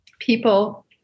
people